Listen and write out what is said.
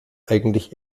eigentlich